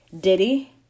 diddy